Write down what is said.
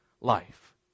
life